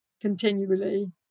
continually